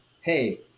Hey